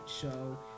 show